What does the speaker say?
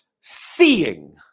seeing